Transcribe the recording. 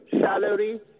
salary